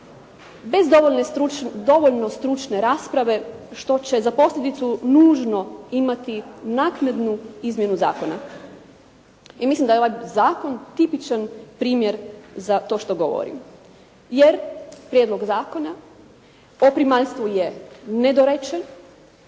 bez dovoljno stručne rasprave što će za posljedicu nužno imati naknadnu izmjenu zakona i mislim da je ovaj zakon tipičan primjer za to što govorim, jer Prijedlog Zakona o primaljstvu je nedorečen